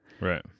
Right